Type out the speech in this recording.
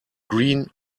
green